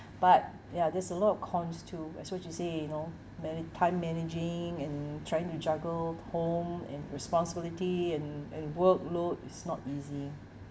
but ya there's a lot of cons too as what you say you know mana~ time managing and trying to juggle home and responsibility and and workload is not easy